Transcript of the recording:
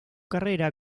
carrera